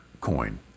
coin